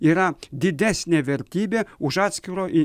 yra didesnė vertybė už atskiro